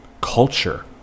culture